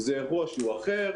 זה אירוע אחר,